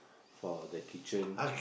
for the kitchen